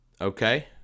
Okay